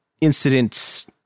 incident's